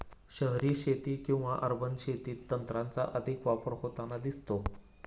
शहरी शेती किंवा अर्बन शेतीत तंत्राचा अधिक वापर होताना दिसतो